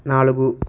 నాలుగు